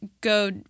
go